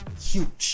huge